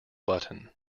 button